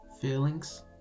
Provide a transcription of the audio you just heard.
feelings